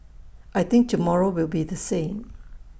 I think tomorrow will be the same